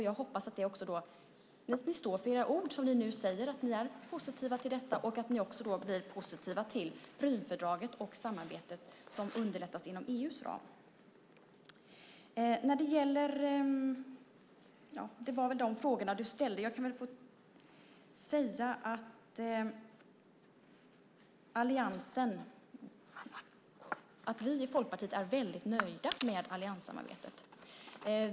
Jag hoppas att ni också står för era ord när ni nu säger att ni är positiva till detta och att ni också blir positiva till Prümfördraget så att samarbetet underlättas inom EU:s ram. Det var väl de frågorna du ställde. Jag kan väl få säga att vi i Folkpartiet är väldigt nöjda med allianssamarbetet.